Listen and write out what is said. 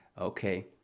okay